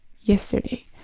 yesterday